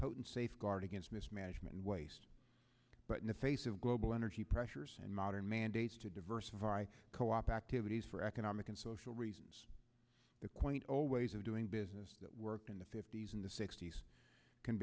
potent safeguard against mismanagement and waste but in the face of global energy pressures and modern mandates to diversify co op activities for economic and social reasons the quaint all ways of doing business that worked in the fifty's in the sixty's can